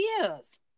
years